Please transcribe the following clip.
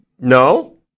no